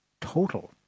total